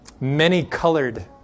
Many-colored